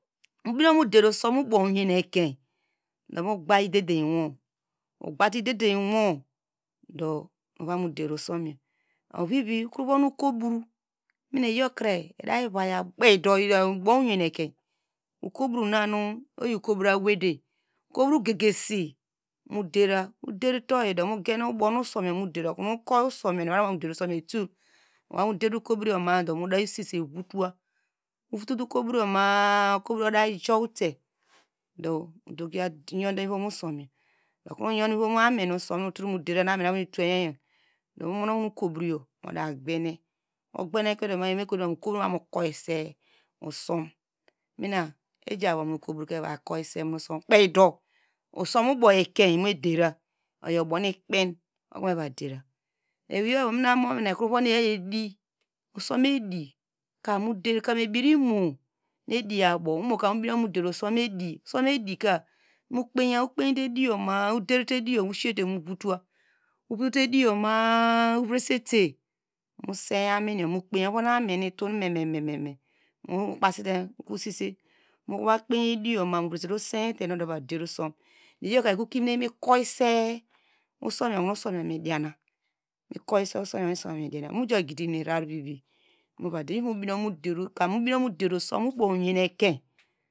Mubinu kumu der osum ubowyen ekein do mu gbaidedewo, ogbate idedewo, do ivamudero usomyor, ovivi mukro von okrobro, mina iyorkre idavaya, kpidu iyo ubow oyaneke, okrobronanu oyi okrobro ewede, okobrogegesi mudera, oderte oyidu mudera, oderteoyidu muder okobroyo madu muda sise votowa, ovote okobroyo ma- a, okrobroyo odayijote udokiya yonde mivono somyor, mo yon movan amin soyan nu ova mu derayo, mumun okono okobroyo mudagbene oyomekotumamu okrobro nu eva mekoyise usom mina eja vonmuno okrobro ka evakiyi semono usom kpeidu, usom ubo ekein medera, oyo ubow nu ikpan okomeva dera, ewei evo uvom edi, usom edi, kam ebir imo nu ediabo, usom edika mukpeya ukpeiyete ediyor usisete mu votowa, uvotote ediyo ma- a ureseta mu ser aminyor. Aminyor mitu mememe mova kpeyi ediyor movrese, userte nu odavaderosum iyor ka ikro kimine mikoyi se usomiyo, usom iyor midinna oja gidi munu irara vivi okomu vadera kam mubinu kuno moder usom uyen eken.